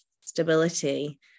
stability